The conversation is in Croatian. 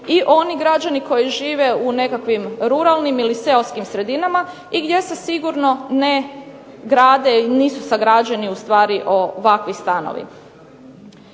i oni građani koji žive u nekakvim ruralnim ili seoskim sredinama i gdje se sigurno ne grade i nisu sagrađeni ustvari ovakvi stanovi.